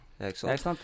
Excellent